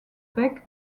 bec